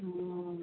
हूँ